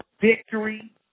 victory